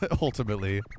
ultimately